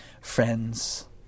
friends